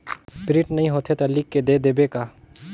Print नइ होथे ता लिख के दे देबे का?